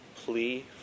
plea